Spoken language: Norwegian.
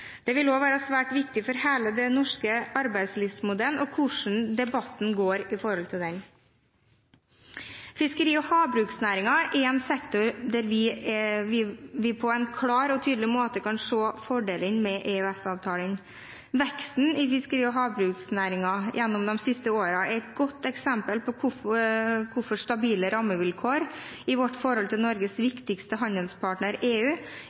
Det vil også være svært viktig for hele den norske arbeidslivsmodellen og hvordan debatten går i forhold til den. Fiskeri- og havbruksnæringen er en sektor der vi på en klar og tydelig måte kan se fordelene med EØS-avtalen. Veksten i fiskeri- og havbruksnæringen gjennom de siste årene er et godt eksempel på hvorfor stabile rammevilkår i vårt forhold til Norges viktigste handelspartner – EU